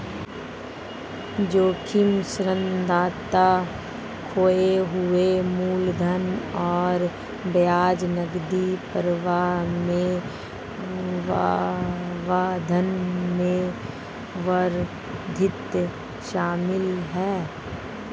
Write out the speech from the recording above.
जोखिम ऋणदाता खोए हुए मूलधन और ब्याज नकदी प्रवाह में व्यवधान में वृद्धि शामिल है